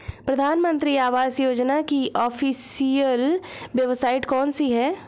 प्रधानमंत्री आवास योजना की ऑफिशियल वेबसाइट कौन सी है?